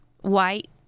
white